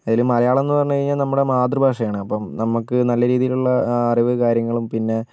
അതിൽ മലയാളംന്ന് പറഞ്ഞ് കഴിഞ്ഞാൽ നമ്മുടെ മാതൃഭാഷയാണ് അപ്പം നമുക്ക് നല്ല രീതിയിലുള്ള അറിവ് കാര്യങ്ങളും പിന്നെ